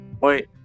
Wait